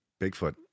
Bigfoot